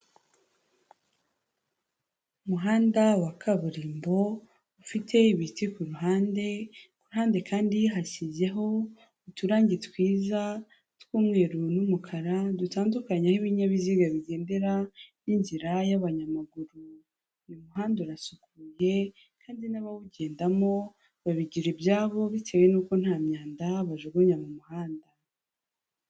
Umuhanda wa kaburimbo, ufite ibiti ku ruhande, ku ruhande kandi hasizeho uturangi twiza tw'umweru n'umukara, dutandukanya aho ibinyabiziga bigendera n'inzira y'abanyamaguru. Uyu muhanda urasukuye kandi n'abawugendamo babigira ibyabo, bitewe n'uko nta myanda bajugunya mu muhanda.